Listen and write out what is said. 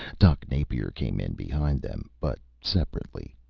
doc napier came in behind them, but separately.